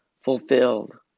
fulfilled